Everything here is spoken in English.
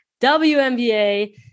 WNBA